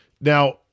Now